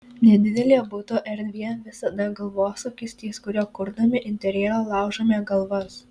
nedidelė buto erdvė visada galvosūkis ties kuriuo kurdami interjerą laužome galvas